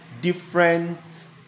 different